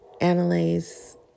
analyze